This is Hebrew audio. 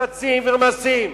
ונגד אכילת שרצים ורמשים.